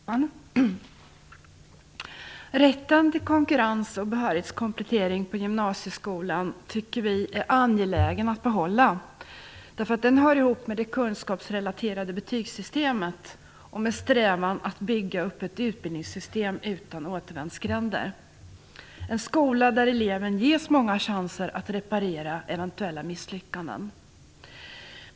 Herr talman! Rätten till konkurrens och behörighetskomplettering på gymnasieskolan tycker vi i Vänsterpartiet är angelägen att behålla. Den hör ihop med det kunskapsrelaterade betygssystemet och med strävan att bygga upp ett utbildningssystem utan återvändsgränder och en skola där eleven ges många chanser att reparera eventuella misslyckanden.